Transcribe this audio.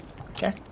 Okay